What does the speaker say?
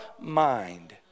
mind